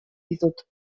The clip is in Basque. ditut